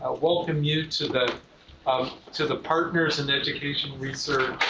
ah welcome you to the um to the partners in education research